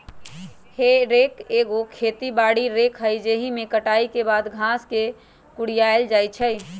हे रेक एगो खेती बारी रेक हइ जाहिमे कटाई के बाद घास के कुरियायल जाइ छइ